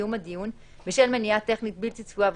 קיום הדיון בשל מניעה טכנית בלתי צפויה,